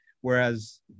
Whereas